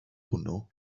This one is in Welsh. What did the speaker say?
hwnnw